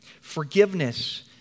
Forgiveness